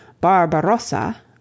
Barbarossa